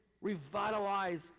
revitalize